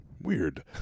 Weird